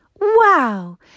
Wow